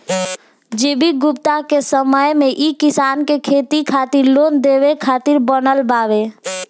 G V Gupta के समय मे ई किसान के खेती खातिर लोन देवे खातिर बनल बावे